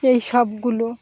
এই সবগুলো